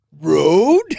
Road